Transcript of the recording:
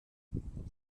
was